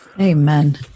Amen